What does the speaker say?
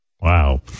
wow